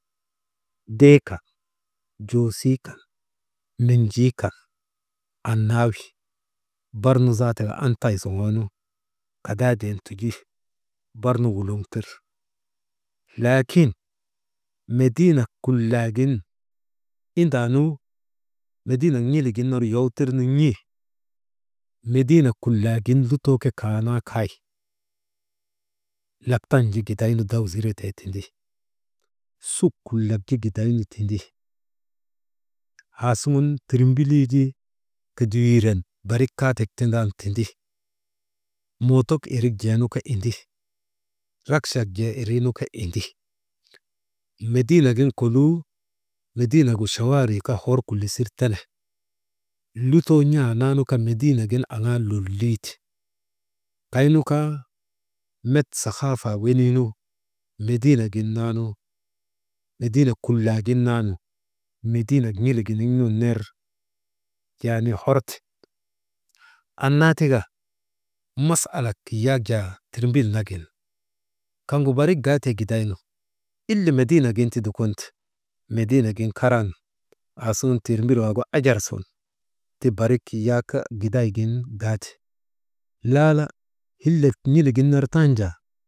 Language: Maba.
Dee kan joosii kan, menjii kan annaa wi, barnu zaata antay zoŋoonu kadaadin tuji, barnu wuloŋ teri, laakin mediinak Kulagin indaanu medinak n̰ilik gin ner yow tirnu n̰e, mediinak kullagin lutoo ke kaanaa kay, laptan ju gidaynu daw ziretee tindi, suk kulak ju gidaynu tindi, aasuŋun tirmbilii ju kedewiiren barik kaatek tindaanu windi, mootk irik jee nu kaa indi, rakchak jee nu kaa indi, medii negin koluu, mediinegu chawaarii kaa hor kulisir tene, lutoo n̰a naanu kaa mediinegin aŋaa lolii ti, kaynu kaa met sahaafaa wenii nu mediinak gin naa nu, mediinek kullakgin naa nu mediinek n̰ilik giniŋ nun ner yaani hort. Annaa tika, masalak yak jaa tirmbil nagin, kaŋgu barik gaatee gidaynu, ile mediinek gin ti dukon te, mediinegin karan aasuŋun tirmbil waagu ajar sun, ti barik yak giday gin gaate laala hillek n̰ilik gin ner tanjaa.